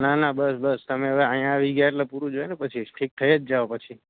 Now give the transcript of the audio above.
ના ના બસ બસ તમે હવે અહીં આવી ગયા એટલે પૂરું જ હોય ને પછી ઠીક થઇ જ જાવ પછી